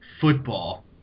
football